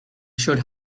should